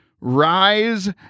rise